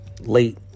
late